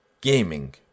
gaming